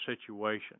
situation